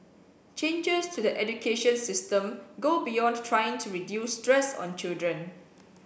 changes to the education system go beyond trying to reduce stress on children